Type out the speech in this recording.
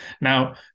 Now